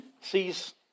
sees